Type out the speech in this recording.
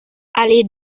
allée